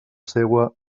seua